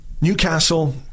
Newcastle